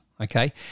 Okay